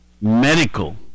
medical